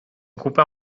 ocupa